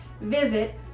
visit